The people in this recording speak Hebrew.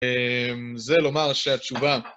זה לומר שהתשובה...